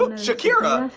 ah shakira. um